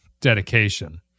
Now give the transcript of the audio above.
dedication